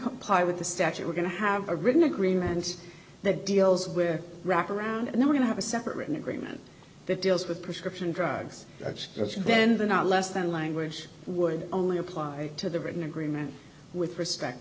comply with the statute we're going to have a written agreement that deals where wraparound and they're going to have a separate written agreement that deals with prescription drugs that's just and then the no less than language would only apply to the written agreement with respect